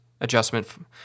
adjustment